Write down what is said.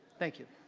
thank you.